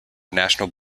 national